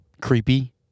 creepy